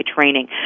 training